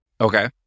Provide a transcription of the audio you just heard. Okay